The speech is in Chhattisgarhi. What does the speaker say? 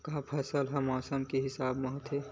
का फसल ह मौसम के हिसाब म होथे?